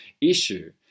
issue